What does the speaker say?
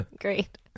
Great